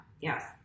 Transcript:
yes